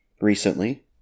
recently